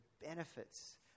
benefits